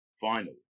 final